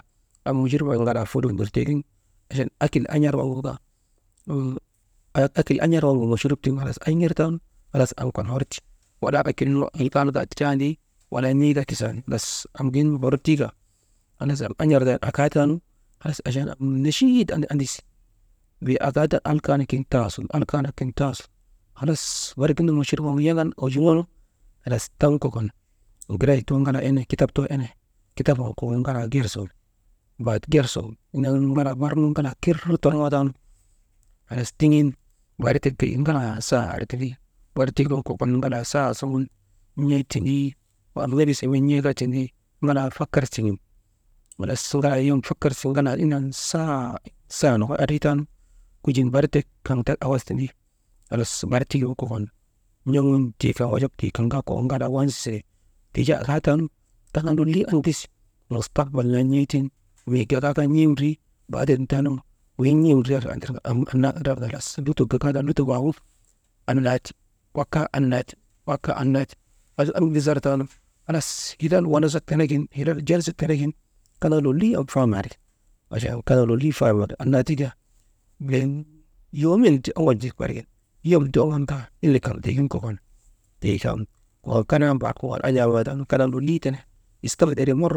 Am mochorub yak jaa ŋalaa fuluu nir tiigin «hesitation» akail an̰ar waŋgu halas machrub ayŋir nu halas am kan horti, tiŋ walaa akil hilkanu kaa tindriyandi walaa n̰ee kaa tisandi, halas amgin hor tii ka halas am an̰artanu, akatanu, halas am nechit an andasi, wey akaa taanu alkaanak kin taa sun, alkaanak kin taa sun, halas barigin machurub yaŋan owujunoonu, halas taŋ kokon giray too ŋalaa ene kitap too ene kitap waŋgu kokon ŋalaa gersun, bat ger sun indan barnu ŋalaa kir torŋootaanu halas tiŋin barik tek tindi ŋalaa saa ar tindi, barik tiigin kokon ŋalaa saa suŋun n̰ee tindi, wa am deris emben n̰ee kaa tindi, ŋalaa fakar siŋen halas yom ŋalaa fakar siŋen ŋalaa indan saa sak nokoy andrii taanu, kogin barik tek kaŋ tek awas tindi, halas barik tiigin kokon n̰oŋun «hesitation» tii kan kaa ŋalaa wansa siren tii jaa akaa taanu aŋaa lolii andidisi mustakbal nen n̰eetiŋ mii gagaatanu n̰en ndri baaden taanu weyin n̰em ndriyar tirka am anna andriyar arka lutok gagaataanu lutok waagu annaa ti, wak kaa annaa ti, wak kaa annna ti, halas andidiser taanu, halas hilal wanasak tenegin, hilal jalsak tenegin kanaa lolii am faham ari achan kanaa lolii fama ari achan fam ari annaa tika weyin yoomen ti oŋoji barik gin, yom ke oŋon tan ile kaŋ tiigi kokon tii kan waa kanaa mbar kuŋaal an̰aamaa tanu istafat ere.